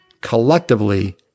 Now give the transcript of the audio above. collectively